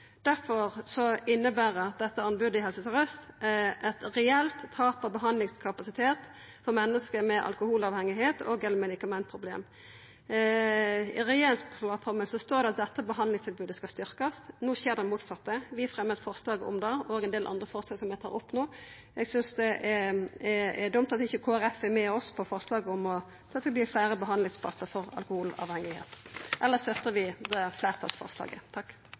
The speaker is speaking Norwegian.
inneber dette anbodet i Helse Sør-Aust eit reelt tap av behandlingskapasitet for menneske med alkoholavhengigheit og/eller medikamentproblem. I regjeringsplattforma står det at dette behandlingstilbodet skal verta styrkt. No skjer det motsette. Vi fremjar forslag om det, som eg tar opp no, og ein del andre forslag. Eg synest det er dumt at ikkje Kristeleg Folkeparti er med oss på forslaget om at det skal verta fleire behandlingsplassar for alkoholavhengige. Elles støttar vi fleirtalsforslaget. Representanten Kjersti Toppe har tatt opp det